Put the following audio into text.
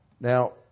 Now